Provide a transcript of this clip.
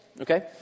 Okay